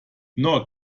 nor